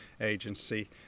agency